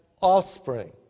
offspring